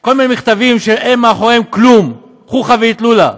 כל מיני מכתבים שאין מאחוריהם כלום, חוכא ואטלולא.